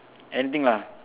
anything lah